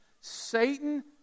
Satan